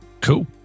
Cool